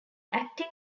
acting